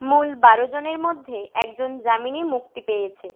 মূল বারোজনের মধ্যে একজন জামিনে মুক্তি পেয়েছে